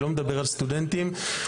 אני לא מדבר על סטודנטים לתואר ראשון ושני.